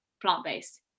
plant-based